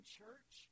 church